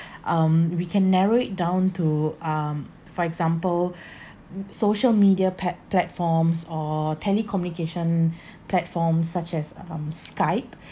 um we can narrow it down to um for example social media pat~ platforms or telecommunication platforms such as um skype